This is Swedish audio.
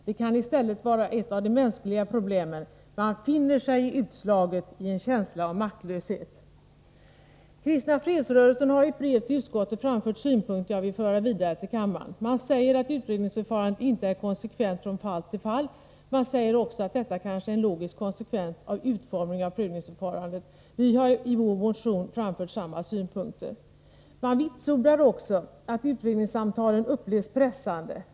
Det kan i stället vara ett av de mänskliga problemen — man finner sig i utslaget, i en känsla av maktlöshet. Kristna fredsrörelsen har i ett brev till utskottet framfört synpunkter som jag vill föra vidare till kammaren. Man säger att utredningsförfarandet inte är konsekvent från fall till fall. Man säger vidare att detta kanske är en logisk konsekvens av utformningen av prövningsförfarandet. Vi har i våra motioner framfört samma synpunkter. Man vitsordar också att utredningssamtalen upplevs som pressande.